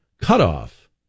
cutoff